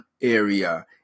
area